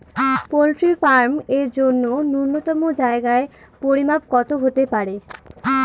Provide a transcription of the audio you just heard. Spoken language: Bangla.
পোল্ট্রি ফার্ম এর জন্য নূন্যতম জায়গার পরিমাপ কত হতে পারে?